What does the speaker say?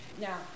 Now